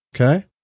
Okay